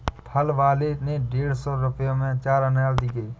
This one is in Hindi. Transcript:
फल वाले ने डेढ़ सौ रुपए में चार अनार दिया